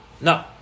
No